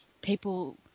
people